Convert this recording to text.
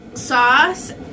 Sauce